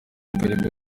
bwari